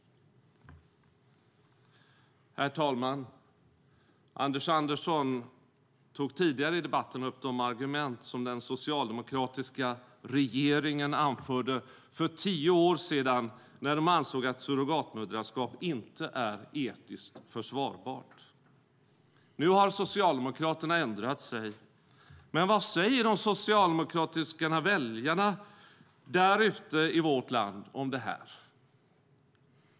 Herr talman! Anders Andersson tog tidigare i debatten upp de argument som den socialdemokratiska regeringen anförde för tio år sedan när de ansåg att surrogatmoderskap inte är etiskt försvarbart. Nu har Socialdemokraterna ändrat sig. Men vad säger de socialdemokratiska väljarna ute i vårt land om det här?